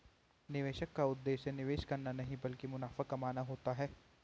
निवेशक का उद्देश्य निवेश करना नहीं ब्लकि मुनाफा कमाना होता है